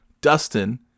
Dustin